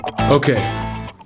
Okay